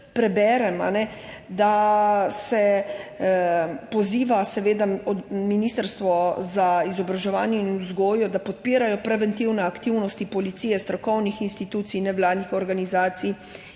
preberem. Da se poziva Ministrstvo za izobraževanje in vzgojo, da podpirajo preventivne aktivnosti policije, strokovnih institucij, nevladnih organizacij